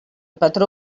patró